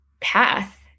path